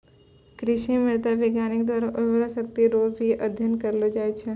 कृषि मृदा विज्ञान द्वारा उर्वरा शक्ति रो भी अध्ययन करलो जाय छै